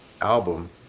album